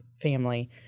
family